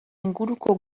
inguruko